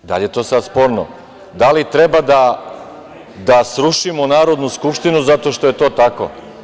Da li je to sada sporno, da li treba da srušimo Narodnu skupštinu zato što je to tako?